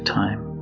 time